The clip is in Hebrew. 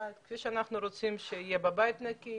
כי באמת אנחנו אוכלים את הזבל הזה אחר כך,